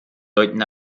deuten